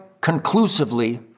conclusively